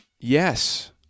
Yes